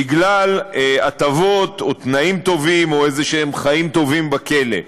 בגלל הטבות או תנאים טובים או איזה חיים טובים בכלא,